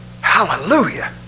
Hallelujah